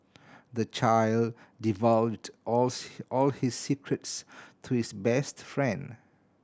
the child divulged all all his secrets to his best friend